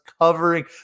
covering